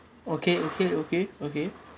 okay okay okay okay